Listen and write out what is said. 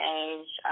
age